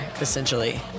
essentially